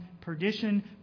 perdition